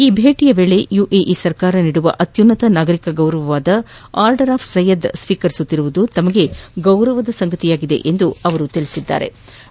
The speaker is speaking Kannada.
ಈ ಭೇಟಿಯ ವೇಳೆ ಯುಎಇ ಸರ್ಕಾರ ನೀಡುವ ಅತ್ಯುನ್ನತ ನಾಗರಿಕ ಗೌರವವಾದ ಅರ್ಡರ್ ಆಫ್ ಜ್ವೆಯದ್ ಸ್ಸೀಕರಿಸುತ್ತಿರುವುದು ತಮಗೆ ಗೌರವದ ಸಂಗತಿಯಾಗಿದೆ ಎಂದು ಅವರು ತಿಳಿಸಿದ್ಗಾರೆ